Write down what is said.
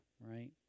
right